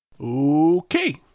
Okay